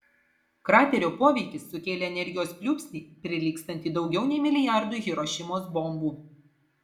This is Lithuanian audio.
kraterio poveikis sukėlė energijos pliūpsnį prilygstantį daugiau nei milijardui hirošimos bombų